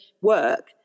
work